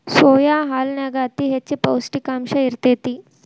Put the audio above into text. soya ಹಾಲನ್ಯಾಗ ಅತಿ ಹೆಚ್ಚ ಪೌಷ್ಟಿಕಾಂಶ ಇರ್ತೇತಿ